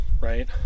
right